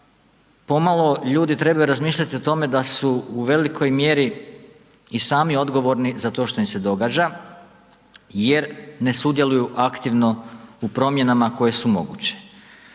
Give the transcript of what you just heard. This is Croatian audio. pomalo ljudi trebaju razmišljati o tome da su u velikoj mjeri i sami odgovorni za to što im se događa jer ne sudjeluju aktivno u promjenama koje su moguće.